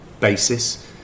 basis